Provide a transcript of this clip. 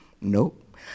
nope